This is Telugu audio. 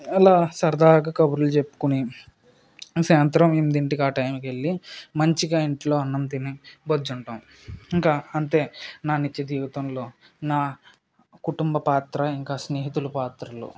అలా సరదాగా కబుర్లు చెప్పుకొని సాయంత్రం ఎనిమిదింటికి ఆ టైంకు వెళ్ళి మంచిగా ఇంట్లో అన్నం తిని బజ్జుంటాం ఇంకా అంతే నా నిజ జీవితంలో నా కుటుంబ పాత్ర ఇంకా స్నేహితుల పాత్రలు